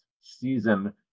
season